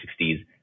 1960s